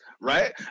right